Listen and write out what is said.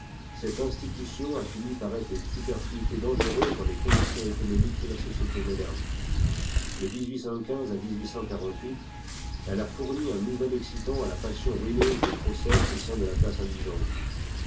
cette institution a fini par ôtre une superfluité dangereuse dans les conditions économiques de la société moderne de à elle a fourni un nouvel excitant à la passion ruineuse des procès au sein de la classe indigente